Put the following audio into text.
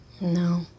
No